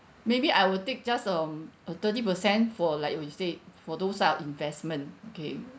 maybe I will take just um a thirty percent for like what you said for those are investment okay